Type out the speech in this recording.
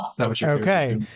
Okay